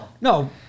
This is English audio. No